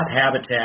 habitat